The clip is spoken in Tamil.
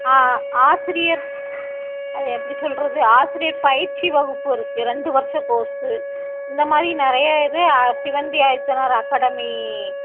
ஆசிரியர் அது எப்படி சொல்லுறது ஆசிரியர் பயிற்சி வகுப்பு இருக்கு ரெண்டு வருஷ கோர்ஸு இந்த மாதிரி நிறைய இது சிவந்தி ஆதித்தனார் அகாடமி